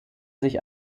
sich